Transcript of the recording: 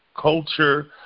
culture